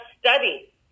study